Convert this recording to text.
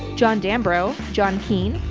john danverough. john keane,